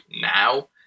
now